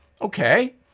Okay